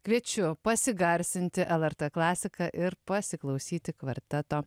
kviečiu pasigarsinti lrt klasiką ir pasiklausyti kvarteto